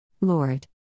Lord